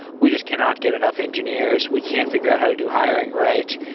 we just cannot get enough engineers. we can't figure out how to do hiring right.